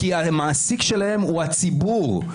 כי המעסיק שלהם הוא הציבור,